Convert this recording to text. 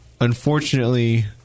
unfortunately